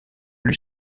lui